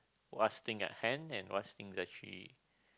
what's thing at hand and what's thing that actually